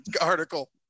article